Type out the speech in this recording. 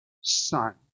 son